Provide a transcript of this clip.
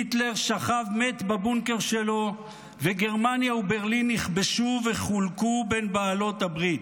היטלר שכב מת בבונקר שלו וגרמניה וברלין נכבשו וחולקו בין בעלות הברית.